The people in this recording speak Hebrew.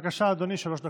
בבקשה, אדוני, שלוש דקות.